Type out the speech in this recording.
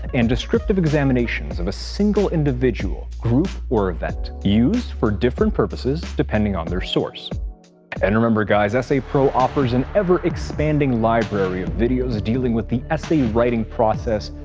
and descriptive examinations of a single individual, group, or event used for different purposes, depending on their source and remember guys, essaypro offers an and ever-expanding library of videos dealing with the essay writing process,